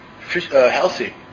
healthy